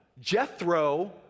Jethro